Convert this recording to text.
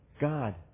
God